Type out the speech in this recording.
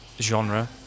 genre